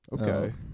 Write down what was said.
Okay